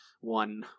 one